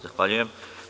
Zahvaljujem.